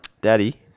Daddy